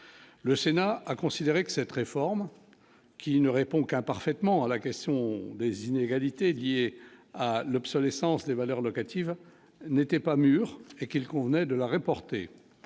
le Sénat a considéré que cette réforme qui ne répond qu'imparfaitement à la question des inégalités liées à l'obsolescence des valeurs locatives n'étaient pas mûrs et qu'il convenait de la reporter